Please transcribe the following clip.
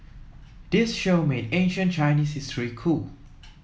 this show made ancient Chinese history cool